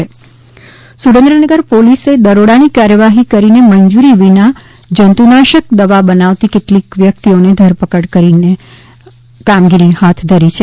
જંતુનાશક સુરેન્દ્રનગર પોલીસે દરોડાની કાર્યવાહી કરીને મંજૂરી વિના જંતુનાશક દવા બનાવતી કેટલીક વ્યક્તિઓની ધરપકડ કરવામાં આવી છે